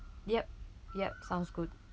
yup yup sounds good